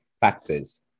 factors